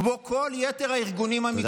כמו כל יתר הארגונים המקצועיים.